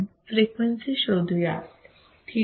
आता आपण फ्रिक्वेन्सी शोधूयात ठीक आहे